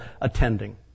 attending